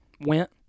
went